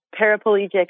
paraplegic